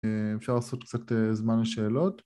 אפשר לעשות קצת זמן לשאלות.